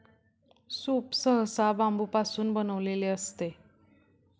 soup सहसा बांबूपासून बनविलेले असते